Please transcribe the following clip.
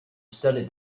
studied